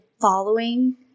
following